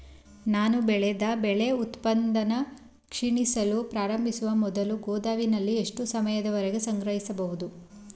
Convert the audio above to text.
ನಾನು ಬೆಳೆದ ಬೆಳೆ ಉತ್ಪನ್ನ ಕ್ಷೀಣಿಸಲು ಪ್ರಾರಂಭಿಸುವ ಮೊದಲು ಗೋದಾಮಿನಲ್ಲಿ ಎಷ್ಟು ಸಮಯದವರೆಗೆ ಸಂಗ್ರಹಿಸಬಹುದು?